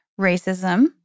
racism